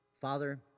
Father